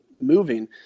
moving